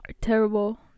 terrible